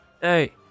Hey